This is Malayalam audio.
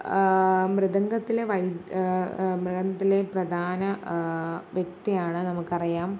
മൃതങ്കത്തിലെ മൃതങ്കത്തിലെ പ്രധാന വ്യക്തിയാണ് നമുക്ക് അറിയാം